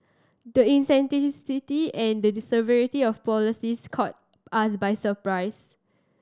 the and the severity of the policies caught us by surprise